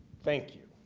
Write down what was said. thank you.